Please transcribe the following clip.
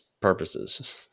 purposes